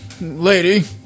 lady